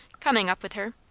coming up with her.